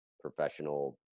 professional